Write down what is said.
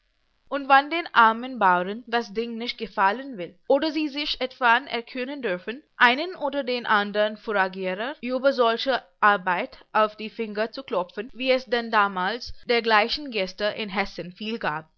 und wann den armen bauren das ding nicht gefallen will oder sie sich etwan erkühnen dörfen einen oder den andern furagierer über solcher arbeit auf die finger zu klopfen wie es dann damals dergleichen gäste in hessen viel gab